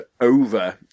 over